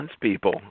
people